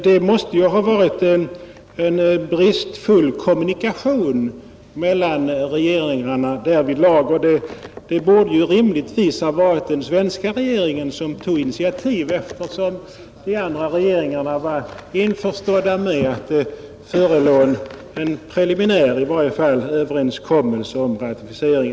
Det måste ju ha varit en bristfällig kommunikation mellan regeringarna, och det var rimligtvis den svenska regeringen som borde ha tagit initiativ, eftersom de andra regeringarna var införstådda med att det förelåg i varje fall en preliminär överenskommelse om ratificering.